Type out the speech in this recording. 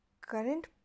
current